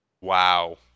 Wow